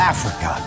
Africa